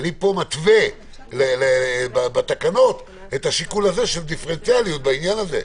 אני מתווה לתקנות את השיקול של דיפרנציאליות בעניין הזה.